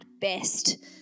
best